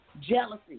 jealousy